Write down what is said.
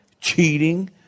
cheating